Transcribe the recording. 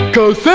Cause